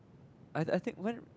I I think when